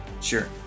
Sure